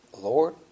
Lord